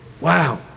Wow